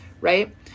right